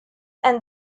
and